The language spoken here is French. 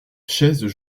chaises